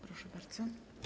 Proszę bardzo.